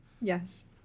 Yes